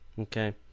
okay